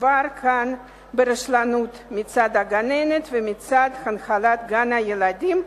מדובר כאן ברשלנות מצד הגננת ומצד הנהלת גן-הילדים,